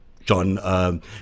John